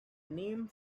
name